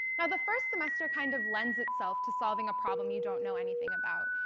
now the first semester kind of lends itself to solving a problem you don't know anything about,